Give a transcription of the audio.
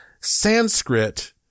Sanskrit